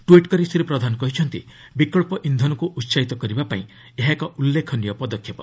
tweet କରି ଶ୍ରୀ ପ୍ରଧାନ କହିଛନ୍ତି ବିକଳ୍ପ ଇନ୍ଧନକୁ ଉସାହିତ କରିବା ପାଇଁ ଏହା ଏକ ଉଲ୍ଲେଖନୀୟ ପଦକ୍ଷେପ